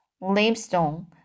limestone